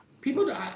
people